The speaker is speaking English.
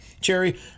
cherry